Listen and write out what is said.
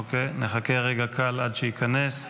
נחכה רגע קל עד שייכנס.